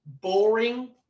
boring